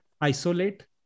isolate